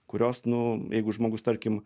kurios nu jeigu žmogus tarkim